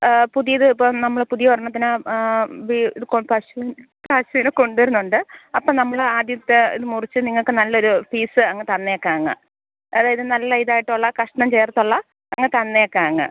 പുതിയത് ഇപ്പം നമ്മള് പുതിയ ഒരെണ്ണത്തിന് വി എടുക്കും കഷ്ണം ടാക്സിയിൽ കൊണ്ടുവരുന്നുണ്ട് അപ്പം നമ്മള് ആദ്യത്തേത് മുറിച്ച് നിങ്ങൾക്ക് നല്ലൊരു പീസ് അങ്ങ് തന്നേക്കാം അങ്ങ് അതായത് നല്ല ഇതായിട്ടുള്ള കഷ്ണം ചേർത്തുള്ള അങ്ങ് തന്നേക്കാം അങ്ങ്